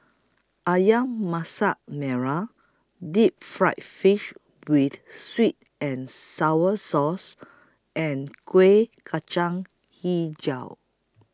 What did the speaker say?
Ayam Masak Merah Deep Fried Fish with Sweet and Sour Sauce and Kueh Kacang Hijau